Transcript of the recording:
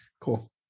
cool